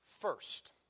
first